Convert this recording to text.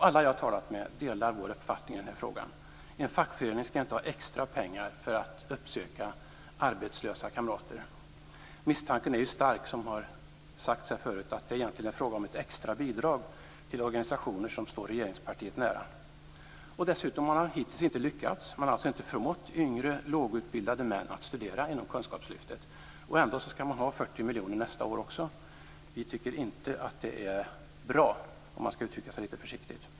Alla jag har talat med delar vår uppfattning i den här frågan. En fackförening skall inte ha extra pengar för att uppsöka arbetslösa kamrater. Misstanken är, som sagts här tidigare, stark att det egentligen är fråga om ett extra bidrag till organisationer som står regeringspartiet nära. Dessutom har man hittills inte lyckats. Man har inte förmått yngre, lågutbildade män att studera inom kunskapslyftet. Trots det skall man få 40 miljoner också nästa år. Vi tycker inte att det är bra, för att uttrycka sig litet försiktigt.